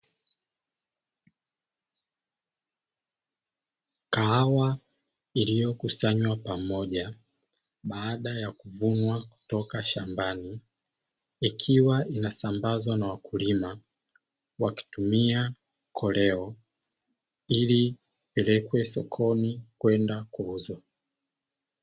Kahawa iliyokusanywa pamoja baada ya kuvunwa kutoka shambani, ikiwa inasambazwa na wakulima wakitumia koleo ili ipelekwe sokoni kwenda kuuzwa.